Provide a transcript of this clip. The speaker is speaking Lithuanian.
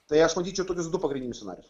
tai aš matyčiau tokius du pagrindinius scenarijus